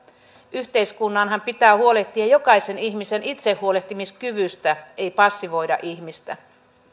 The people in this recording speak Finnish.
yhteiskunnanhan pitää huolehtia jokaisen ihmisen itsestähuolehtimiskyvystä ei passivoida ihmistä